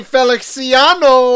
Feliciano